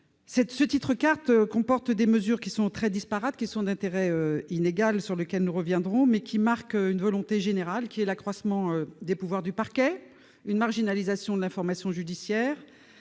Ce titre comporte des mesures très disparates et d'intérêt inégal, sur lesquelles nous reviendrons, mais il marque une volonté générale : l'accroissement des pouvoirs du parquet, une marginalisation de l'information judiciaire,